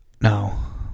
now